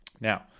Now